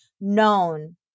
known